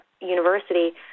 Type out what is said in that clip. university